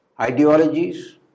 ideologies